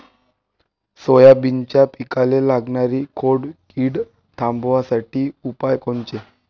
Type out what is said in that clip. सोयाबीनच्या पिकाले लागनारी खोड किड थांबवासाठी उपाय कोनचे?